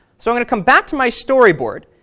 so i'm going to come back to my storyboard,